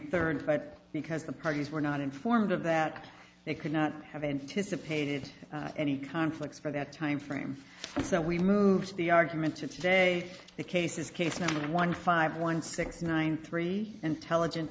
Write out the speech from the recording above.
third but because the parties were not informed of that they could not have anticipated any conflicts for that timeframe so we moved the argument to today the case is case number one five one six nine three intelligent